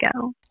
go